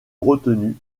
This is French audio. retenue